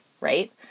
right